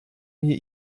mir